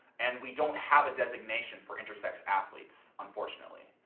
and we don't have a designation for intersex athletes, unfortunately.